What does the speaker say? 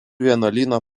vienuolyno